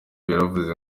yaravuze